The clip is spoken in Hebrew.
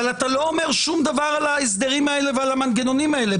אבל אתה לא אומר שום דבר על ההסדרים האלה ועל המנגנונים האלה.